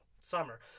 Summer